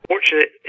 Fortunate